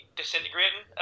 disintegrating